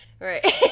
right